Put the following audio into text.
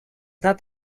not